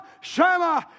Shema